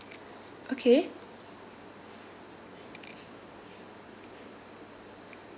okay